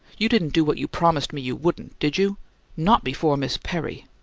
you didn't do what you promised me you wouldn't, did you not before miss perry!